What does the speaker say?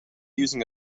using